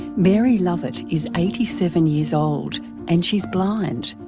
mary lovett is eighty seven years old and she's blind,